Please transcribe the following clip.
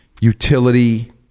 utility